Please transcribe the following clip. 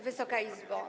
Wysoka Izbo!